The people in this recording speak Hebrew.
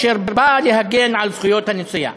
אשר באה להגן על זכויות הנוסע.